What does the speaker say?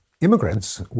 immigrants